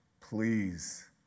Please